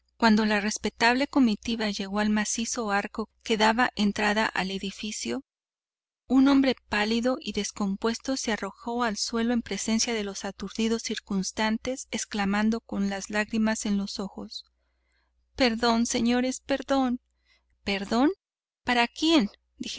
cuando la respetable comitiva llegó al macizo arco que daba entrada al edificio un hombre pálido y descompuesto se arrojó al suelo en presencia de los aturdido circunstantes exclamando con las lágrimas en los ojos perdón señores perdón perdón para quién